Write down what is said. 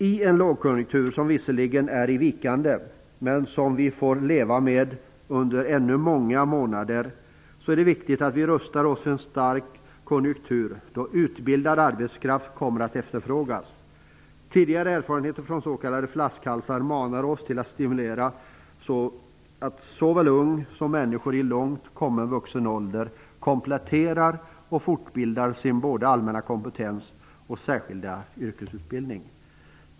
I en lågkonjunktur som visserligen är i vikande, men som vi får leva med under ännu många månader, är det viktigt att vi rustar oss för en stark konjunktur där utbildad arbetskraft kommer att efterfrågas. Tidigare erfarenheter från s.k. flaskhalsar manar oss till att stimulera såväl unga som människor i långt kommen vuxen ålder att komplettera och fortbilda både sin allmänna kompetens och särskilda yrkesutbildning.